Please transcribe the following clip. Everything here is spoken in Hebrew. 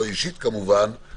לא אישית כמובן,